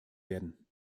werden